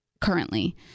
currently